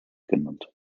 genannt